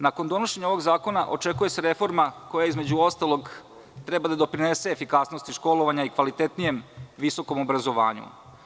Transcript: Nakon donošenja ovog zakona očekuje se reforma koja, između ostalog, treba da doprinese efikasnosti školovanja i kvalitetnijem visokom obrazovanju.